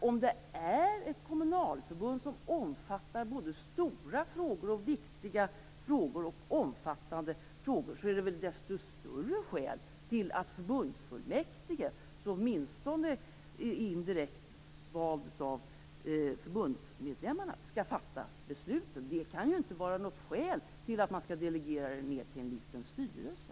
Om det är ett kommunalförbund som omfattar stora, viktiga och omfattande frågor finns det väl desto större skäl för förbundsfullmäktige, som åtminstone indirekt är vald av förbundsmedlemmarna, att fatta besluten. Det kan inte vara något skäl till att man skall delegera ned det till en liten styrelse.